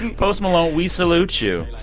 and post malone, we salute you.